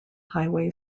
highway